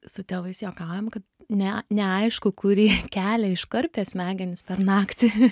su tėvais juokaujam kad ne neaišku kurį kelią iškarpė smegenys per naktį